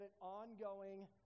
ongoing